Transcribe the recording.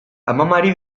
amamari